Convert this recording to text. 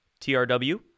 TRW